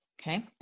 Okay